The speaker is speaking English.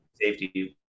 safety